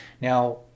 Now